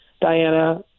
Diana